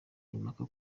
impaka